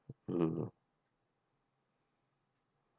mm